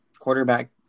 quarterback